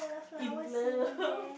in love